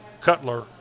Cutler